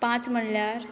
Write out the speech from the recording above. पांच म्हणल्यार